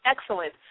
excellent